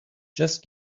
just